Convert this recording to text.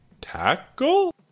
Tackle